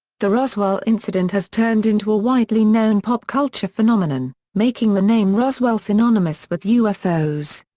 the roswell incident has turned into a widely known pop culture phenomenon, making the name roswell synonymous with ufos.